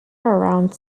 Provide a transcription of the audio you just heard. around